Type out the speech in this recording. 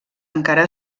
encara